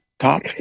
top